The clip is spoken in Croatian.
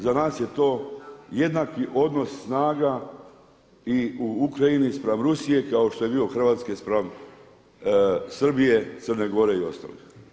Za nas je to jednaki odnos snaga i u Ukrajini spram Rusije kao što je bio Hrvatske spram Srbije, Crne Gore i ostalog.